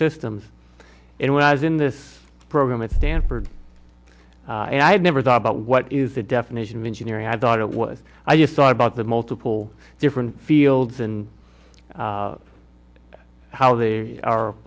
systems and when i was in this program at stanford and i had never thought about what is the definition of engineering i thought it was a thought about the multiple different fields and how they are